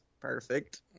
perfect